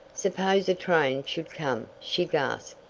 suppose a train should come, she gasped.